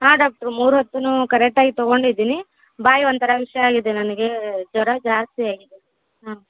ಹಾಂ ಡಾಕ್ಟ್ರು ಮೂರು ಹೊತ್ತು ಕರೆಕ್ಟಾಗಿ ತಗೊಂಡಿದಿನಿ ಬಾಯಿ ಒಂಥರ ವಿಷಾಗಿದೆ ನನಗೆ ಜ್ವರ ಜಾಸ್ತಿಯಾಗಿದೆ ಹಾಂ